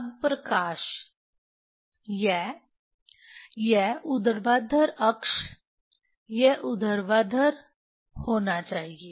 अब प्रकाश यह यह ऊर्ध्वाधर अक्ष यह ऊर्ध्वाधर होना चाहिए